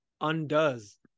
undoes